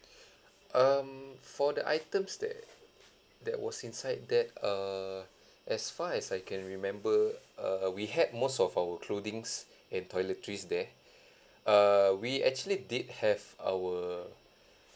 um for the items that that was inside that err as far as I can remember uh we had most of our clothing and toiletries there err we actually did have our